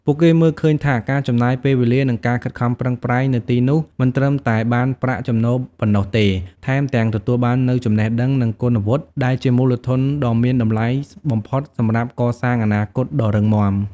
ពួកគេមើលឃើញថា ការចំណាយពេលវេលា និងការខិតខំប្រឹងប្រែងនៅទីនោះ មិនត្រឹមតែបានប្រាក់ចំណូលប៉ុណ្ណោះទេ ថែមទាំងទទួលបាននូវចំណេះដឹង និងគុណវុឌ្ឍិដែលជាមូលធនដ៏មានតម្លៃបំផុតសម្រាប់កសាងអនាគតដ៏រឹងមាំ ។